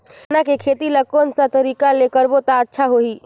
गन्ना के खेती ला कोन सा तरीका ले करबो त अच्छा होही?